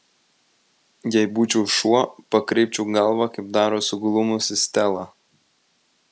jei būčiau šuo pakreipčiau galvą kaip daro suglumusi stela